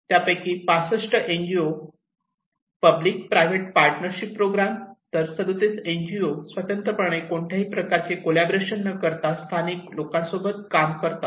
त्यापैकी 65 N G O public private partnership program तर 37 N G O स्वतंत्रपणे कोणत्याही प्रकारचे कॉलाबोरेशन न करता स्थानिक लोकांसोबत काम करतात